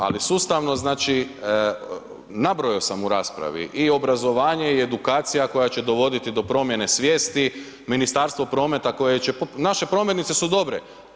Ali sustavno znači nabrajao sam u raspravi i u obrazovanje i edukacija koja će dovoditi do promjene svijesti, Ministarstvo prometa koje će, naše prometnice su dobre.